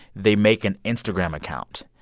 they make an instagram account.